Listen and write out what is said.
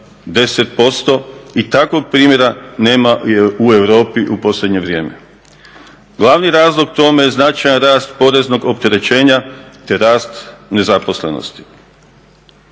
10% i takvog primjera nema u Europi u posljednje vrijeme. Glavni razlog tome je značajan rast poreznog opterećenja te rast nezaposlenosti.